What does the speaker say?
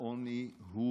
העוני הוא